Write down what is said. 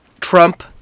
Trump